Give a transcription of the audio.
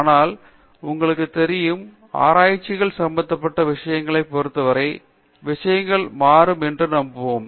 ஆனால் உங்களுக்குத் தெரியும் ஆராய்ச்சிகள் சம்பந்தப்பட்ட விஷயங்களைப் பொறுத்தவரை விஷயங்கள் மாறும் என்று நாம் அறிவோம்